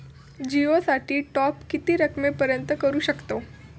जिओ साठी टॉप किती रकमेपर्यंत करू शकतव?